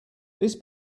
this